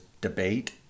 debate